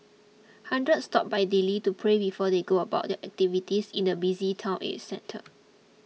hundreds stop by daily to pray before they go about their activities in the busy town centre